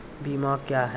बीमा क्या हैं?